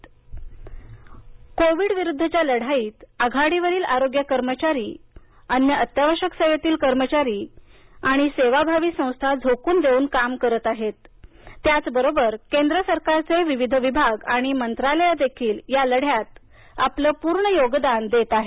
corona मदत Covid विरुद्धच्या लढाईत आघाडीवरील आरोग्य कर्मचारी अन्य अत्यावश्यक सेवेतील कर्मचारी आणि सेवाभावी संस्था झोकून देऊन काम करत आहेत त्यचबरोबर केंद्र सरकारचे विविध विभाग आणि मंत्रालयं देखील या लढ्यात आपलं पूर्ण योगदान देत आहेत